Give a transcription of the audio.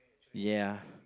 ya